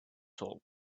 salt